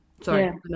Sorry